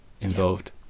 involved